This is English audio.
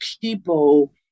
people